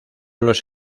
los